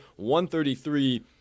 133